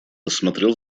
рассмотрел